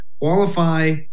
qualify